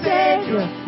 Savior